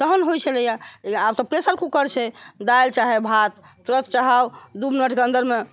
तहन होइ छलै लेकिन आब तऽ प्रेसर कूकर छै दालि चाहे भात तुरत चढ़ाउ दू मिनटके अन्दरमे